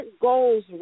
goals